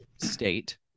state